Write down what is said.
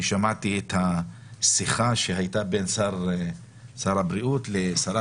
אני שמעתי את השיחה שהייתה בין שר הבריאות לשרת